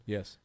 Yes